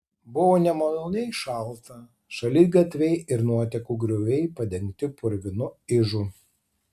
buvo nemaloniai šalta šaligatviai ir nuotekų grioviai padengti purvinu ižu